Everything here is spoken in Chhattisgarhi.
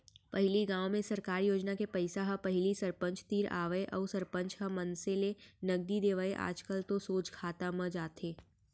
पहिली गाँव में सरकार योजना के पइसा ह पहिली सरपंच तीर आवय अउ सरपंच ह मनसे ल नगदी देवय आजकल तो सोझ खाता म जाथे